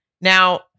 Now